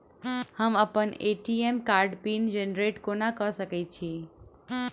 हम अप्पन ए.टी.एम कार्डक पिन जेनरेट कोना कऽ सकैत छी?